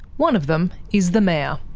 one of them is the mayor.